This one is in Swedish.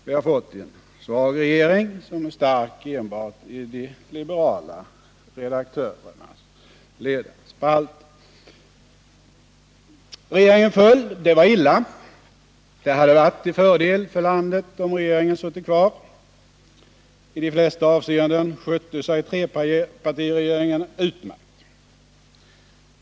Vi har fått en svag regering, som är stark enbart i de liberala redaktörernas ledarspalter. Regeringen föll, och det var illa. Det hade varit till fördel för landet om regeringen suttit kvar. I de flesta avseeenden skötte sig trepartiregeringen utmärkt.